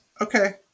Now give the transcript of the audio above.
okay